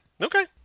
okay